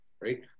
right